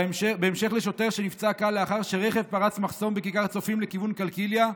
בהמשך לשוטר שנפצע קל לאחר שרכב פרץ מחסום בכיכר הצופים לכיוון קלקיליה,